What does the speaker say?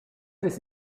this